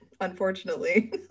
unfortunately